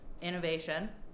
innovation